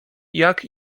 jak